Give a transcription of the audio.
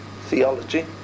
theology